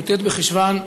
י"ט בחשוון,